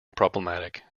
problematic